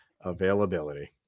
availability